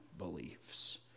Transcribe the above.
beliefs